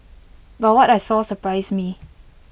but what I saw surprised me